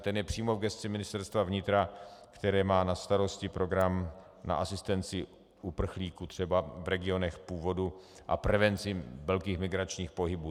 Ten je přímo v gesci Ministerstva vnitra, které má na starosti program na asistenci uprchlíků v regionech původu a prevenci velkých migračních pohybů.